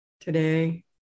today